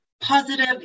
positive